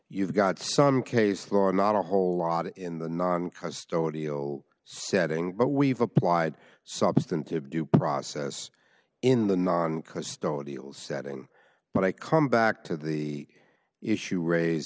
you've got some case law not a whole lot in the noncustodial setting but we've applied substantive due process in the noncustodial setting but i come back to the issue raised